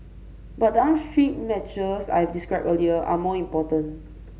but the upstream measures I've described earlier are more important